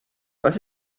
was